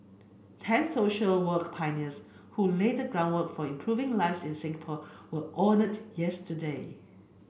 ten social work pioneers who laid the groundwork for improving lives in Singapore were honoured yesterday